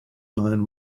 line